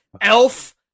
Elf